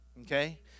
okay